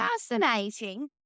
fascinating